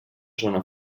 zona